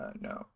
no